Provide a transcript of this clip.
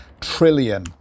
trillion